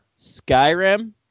Skyrim